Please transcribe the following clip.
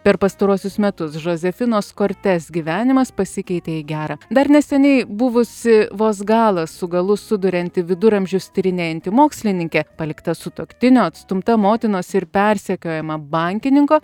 per pastaruosius metus žozefinos kortes gyvenimas pasikeitė į gerą dar neseniai buvusi vos galą su galu sudurianti viduramžius tyrinėjanti mokslininkė palikta sutuoktinio atstumta motinos ir persekiojama bankininko